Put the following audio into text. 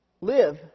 live